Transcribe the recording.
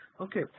Okay